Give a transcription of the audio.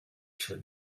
actually